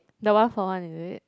the one for one is it